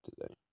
Today